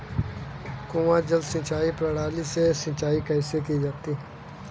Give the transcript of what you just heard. कुआँ जल सिंचाई प्रणाली से सिंचाई कैसे की जाती है?